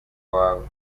wawe